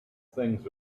things